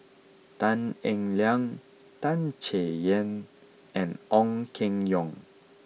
Tan Eng Liang Tan Chay Yan and Ong Keng Yong